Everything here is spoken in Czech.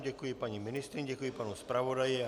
Děkuji paní ministryni, děkuji panu zpravodaji.